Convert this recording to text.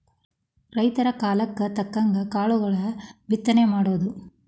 ರೈತರ ಕಾಲಕ್ಕ ತಕ್ಕಂಗ ಕಾಳುಗಳ ಬಿತ್ತನೆ ಮಾಡುದು